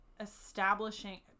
establishing